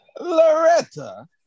Loretta